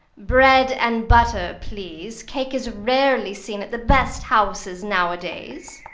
bread and butter, please. cake is rarely seen at the best houses nowadays.